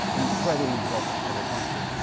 incredibly important for the country.